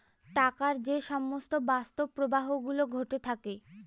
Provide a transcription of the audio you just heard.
টাকার যে সমস্ত বাস্তব প্রবাহ গুলো ঘটে থাকে